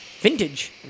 vintage